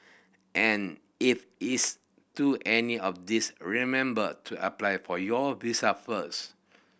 and if it's to any of these remember to apply for your visa first